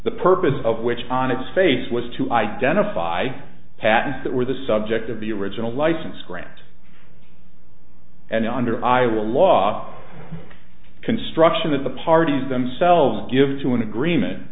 the purpose of which on its face was to identify patents that were the subject of the original license grant and under iowa law construction that the parties themselves give to an agreement